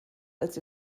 als